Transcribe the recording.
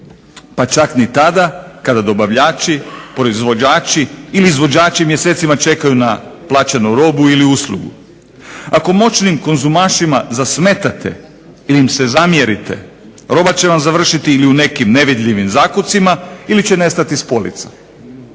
pa čak ni tada kada dobavljači, proizvođači ili izvođači mjesecima čekaju na plaćenu robu ili uslugu. Ako moćnim KOnzumašima zasmetate ili zamjerite roba će vam završiti u nekim nevidljivim zakućcima ili će nestati s polica.